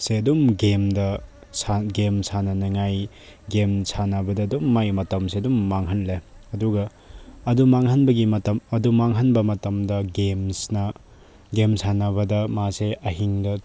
ꯁꯦ ꯑꯗꯨꯝ ꯒꯦꯝꯗ ꯒꯦꯝ ꯁꯥꯟꯅꯅꯉꯥꯏ ꯒꯦꯝ ꯁꯥꯟꯅꯕꯗ ꯑꯗꯨꯝ ꯃꯥꯒꯤ ꯃꯇꯝꯁꯦ ꯑꯗꯨꯝ ꯃꯥꯡꯍꯜꯂꯦ ꯑꯗꯨꯒ ꯑꯗꯨ ꯃꯥꯡꯍꯟꯕꯒꯤ ꯃꯇꯝ ꯑꯗꯨ ꯃꯥꯡꯍꯟꯕ ꯃꯇꯝꯗ ꯒꯦꯝꯁꯅ ꯒꯦꯝ ꯁꯥꯟꯅꯕꯗ ꯃꯥꯁꯦ ꯑꯍꯤꯡꯗ